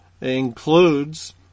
includes